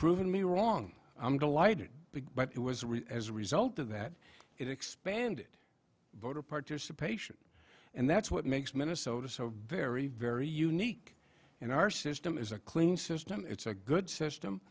proven me wrong i'm delighted big but it was as a result of that it expanded voter participation and that's what makes minnesota so very very unique in our system is a clean system it's a good system